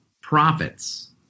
profits